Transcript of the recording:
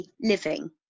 living